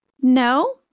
No